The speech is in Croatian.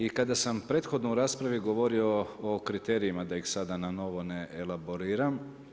I kada sam prethodno u raspravi govorio o kriterijima da ih sada na novo ne elaboriram.